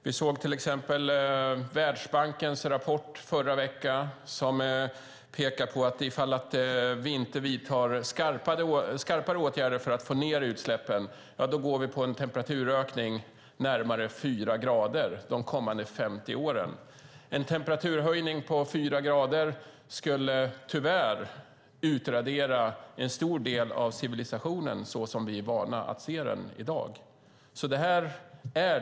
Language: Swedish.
Vi såg till exempel i Världsbankens rapport som kom förra veckan att man pekar på att ifall vi inte vidtar skarpare åtgärder för att få ned utsläppen får vi en temperaturökning på närmare fyra grader de kommande 50 åren. En temperaturhöjning på fyra grader skulle tyvärr utradera en stor del av civilisationen såsom vi är vana att se den i dag.